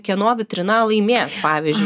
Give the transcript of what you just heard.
kieno vitrina laimės pavyzdžiui